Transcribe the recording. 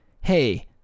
hey